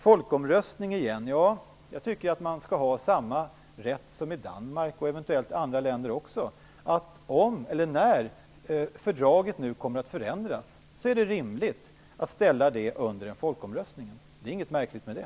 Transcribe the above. Folkomröstning igen: Ja, jag tycker att man skall ha samma rätt som i Danmark och eventuellt i andra länder också. Om eller när fördraget nu kommer att förändras är det rimligt att ställa det under en folkomröstning. Det är ingenting märkligt med det.